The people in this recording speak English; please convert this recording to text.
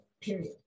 Period